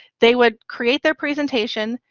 they would create their presentation,